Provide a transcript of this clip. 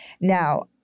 Now